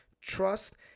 trust